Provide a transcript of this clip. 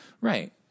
Right